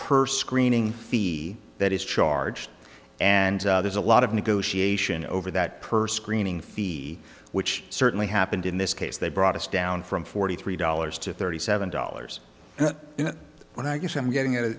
per screen ing fee that is charged and there's a lot of negotiation over that per screen ing fee which certainly happened in this case they brought us down from forty three dollars to thirty seven dollars and when i guess i'm getting